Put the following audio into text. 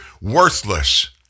worthless